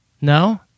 No